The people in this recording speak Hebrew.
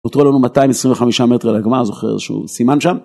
נותרו לנו 225 מטר על הגמר, זוכר איזשהו סימן שם?